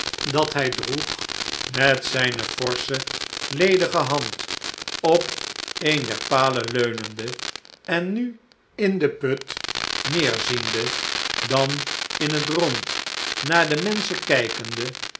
dat hij droeg met zijne forsche ledige hand op een der palen leunende en nu in den put neerziende dan in het rondinaar de menschen kijkende